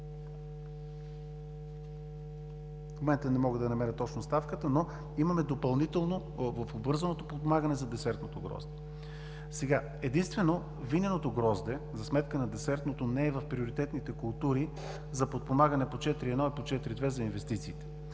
в момента не мога да намеря точно ставката, но имаме допълнително в обвързаното подпомагане за десертното грозде. Единствено виненото грозде, за сметка на десертното, не е в приоритетните култури за подпомагане по 4.1 и по 4.2 за инвестициите.